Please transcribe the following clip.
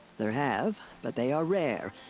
there have. but they are rare.